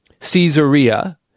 Caesarea